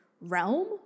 realm